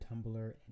Tumblr